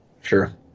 Sure